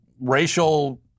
racial